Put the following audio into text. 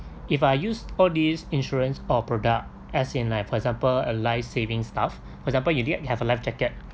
if I use all these insurance or product as in like for example a life saving stuff for example you like you have a life jacket